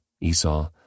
Esau